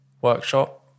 workshop